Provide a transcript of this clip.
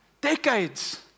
decades